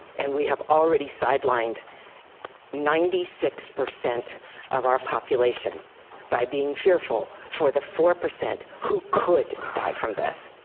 and we have already sidelined ninety six percent of our population by being fearful for the four percent who could die from this,